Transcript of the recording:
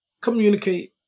Communicate